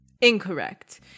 Incorrect